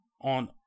on